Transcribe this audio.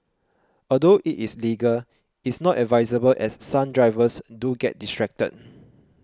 although it is legal is not advisable as some drivers do get distracted